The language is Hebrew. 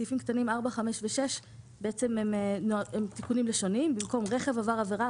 סעיפים קטנים 5,4 ו-6 הם תיקונים לשוניים: במקום "רכב עבר עברה",